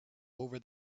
over